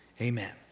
amen